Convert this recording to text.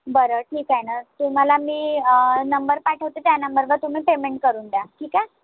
बरं ठीक आहे ना तुम्हाला मी नंबर पाठवते त्या नम्बरवर तुम्ही पेमेंट करून द्या ठीक आहे